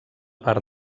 part